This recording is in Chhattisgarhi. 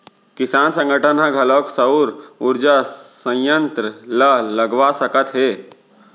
किसान संगठन ह घलोक सउर उरजा संयत्र ल लगवा सकत हे